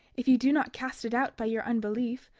if ye do not cast it out by your unbelief,